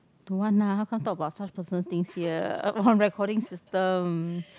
don't want lah how come talk about such personal things here on recording system